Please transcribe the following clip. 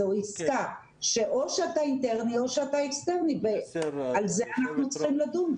זה עסקה שאו שאתה אינטרני או שאתה אקסטרני ועל זה אנחנו צריכים לדון,